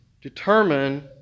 determine